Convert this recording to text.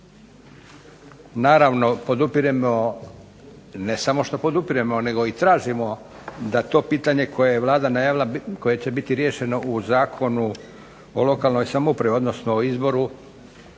Naravno podupiremo, ne samo što podupiremo nego i tražimo da to pitanje koje je Vlada najavila koje će biti riješeno u Zakonu o lokalnoj samoupravi, odnosno u izboru